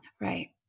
Right